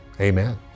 Amen